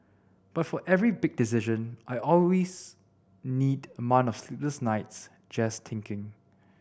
but for every big decision I always need month of sleepless nights just thinking